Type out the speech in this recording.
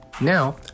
Now